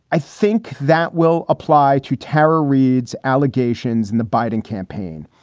i think that will apply to terror reads allegations and the biden campaign,